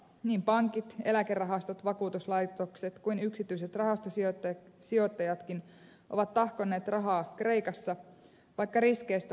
niin pankit eläkerahastot vakuutuslaitokset kuin yksityiset rahastosijoittajatkin ovat tahkonneet rahaa kreikassa vaikka riskeistä on varoitettu jo pitkään